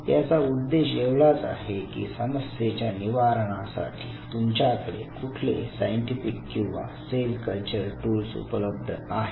याचा उद्देश एवढाच आहे की समस्येच्या निवारणासाठी तुमच्याकडे कुठले सायंटिफिक किंवा सेल कल्चर टूल्स उपलब्ध आहेत